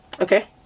Okay